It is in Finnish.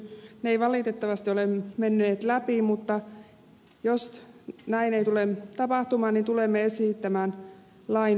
ne eivät valitettavasti ole valiokunnassa menneet läpi ja jos näin ei salissakaan tapahdu niin tulemme esittämään lain hylättäväksi